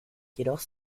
jedoch